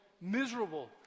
miserable